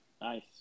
nice